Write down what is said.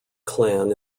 clan